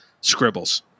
scribbles